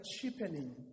cheapening